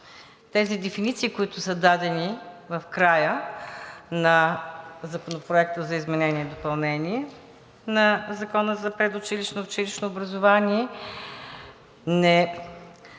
Тези дефиниции, които са дадени в края на Законопроекта за изменение и допълнение на Закона за предучилищното и училищното образование, не